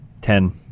Ten